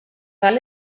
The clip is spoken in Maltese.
tal